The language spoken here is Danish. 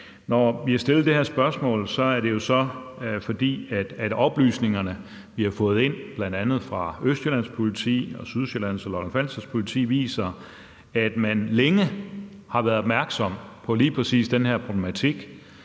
Når vi har stillet det her spørgsmål, er det, fordi oplysningerne, vi har fået ind, bl.a. fra Østjyllands Politi og Sydsjællands og Lolland-Falsters Politi, viser, at man længe har været opmærksom på lige præcis den her problematik